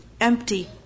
empty